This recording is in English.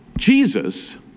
Jesus